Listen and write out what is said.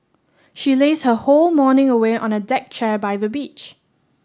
she lazed her whole morning away on a deck chair by the beach